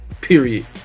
Period